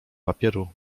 papieru